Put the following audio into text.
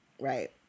Right